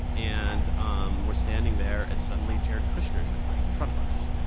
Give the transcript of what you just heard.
and um we're standing there. and, suddenly, jared kushner is like right in front of us.